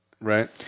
Right